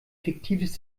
fiktives